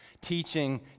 teaching